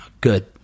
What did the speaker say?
Good